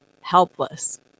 helpless